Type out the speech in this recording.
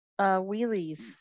wheelies